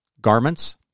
garments